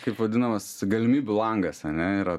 kaip vadinamas galimybių langas ane yra